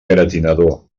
gratinador